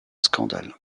scandale